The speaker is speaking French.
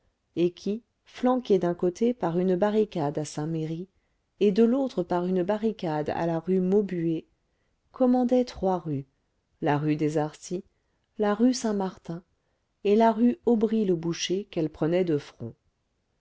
et qui flanquée d'un côté par une barricade à saint-merry et de l'autre par une barricade à la rue maubuée commandait trois rues la rue des arcis la rue saint-martin et la rue aubry le boucher qu'elle prenait de front